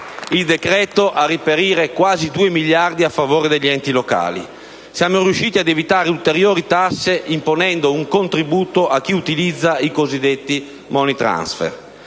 il decreto, a reperire quasi due miliardi a favore degli enti locali. Siamo riusciti ad evitare ulteriori tasse, imponendo un contributo a chi utilizza i cosiddetti *money transfer*.